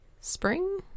spring